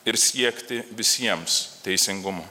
ir siekti visiems teisingumo